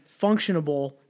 functionable